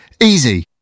Easy